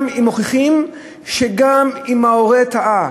גם אם מוכיחים שגם אם ההורה טעה,